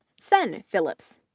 sven phillips,